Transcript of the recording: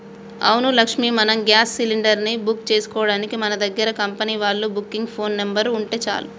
అవును లక్ష్మి మనం gas cylinder ని బుక్ చేసుకోవడానికి మన దగ్గర కంపెనీ వాళ్ళ బుకింగ్ ఫోన్ నెంబర్ ఉంటే చాలు